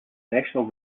national